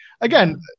again